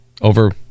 Over